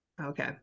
Okay